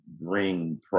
bring